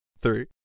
Three